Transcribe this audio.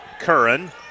Curran